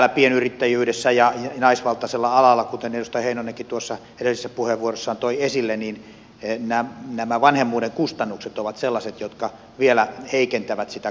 tässä pienyrittäjyydessä ja naisvaltaisella alalla kuten edustaja heinonenkin tuossa edellisessä puheenvuorossaan toi esille nämä vanhemmuuden kustannukset ovat sellaiset että ne vielä heikentävät sitä kannattavuutta